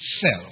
self